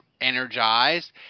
energized